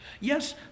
Yes